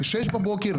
בשש בבוקר,